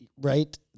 right